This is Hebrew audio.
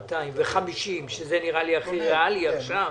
200, 50 שזה נראה לי הכי ריאלי עכשיו,